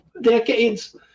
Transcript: decades